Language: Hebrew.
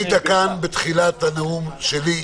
עדיין יש לי צרות צרורות ב --- אתה לא היית כאן בתחילת הנאום שלי,